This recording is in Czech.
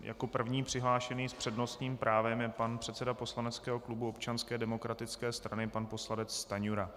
Jako první přihlášený s přednostním právem je pan předseda poslaneckého klubu Občanské demokratické strany, pan poslanec Stanjura.